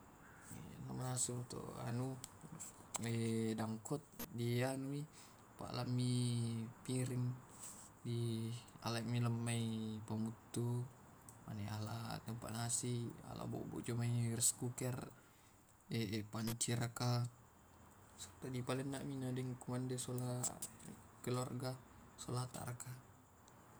di sampu mani komambela tumai to tu sesena